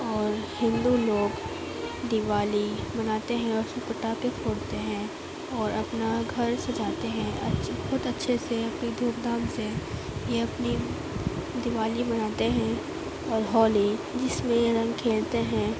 اور ہندو لوگ دیوالی مناتے ہیں اور پھر پٹاخے پھوڑتے ہیں اور اپنا گھر سجاتے ہیں اچھے بہت اچھے سے بڑی دھوم دھام سے یہ اپنی دیوالی مناتے ہیں اور ہولی جس میں رنگ کھیلتے ہیں